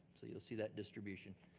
so you'll see that distribution.